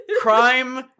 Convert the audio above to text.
Crime